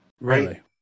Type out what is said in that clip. right